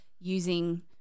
using